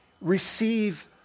receive